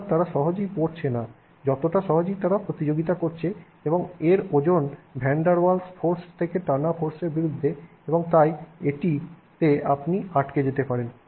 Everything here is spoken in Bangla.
সুতরাং তারা সহজেই পড়ছে না যতটা সহজেই তারা প্রতিযোগিতা করছে এর ওজন এবং ভ্যান ডার ওয়েলস ফোর্স থেকে টানার ফোর্সের বিরুদ্ধে এবং তাই এটিতে আপনি আটকে যেতে পারেন